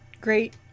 great